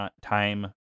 time